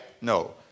No